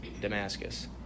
Damascus